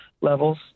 levels